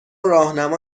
راهنما